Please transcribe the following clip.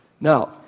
Now